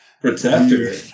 Protector